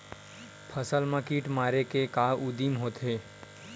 फसल मा कीट मारे के का उदिम होथे?